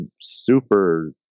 super